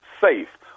safe